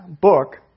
book